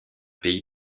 pays